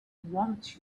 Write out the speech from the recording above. wants